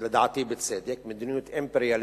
לדעתי בצדק, מדיניות אימפריאליסטית,